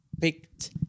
picked